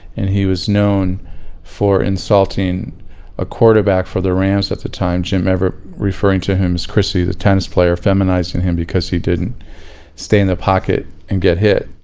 and he was known for insulting a quarterback for the rams at the time, jim everett, referring to him as chrissie, the tennis player, feminizing him because he didn't stay in the pocket and get hit.